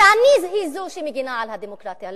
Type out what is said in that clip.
ואני היא זו שמגינה על הדמוקרטיה,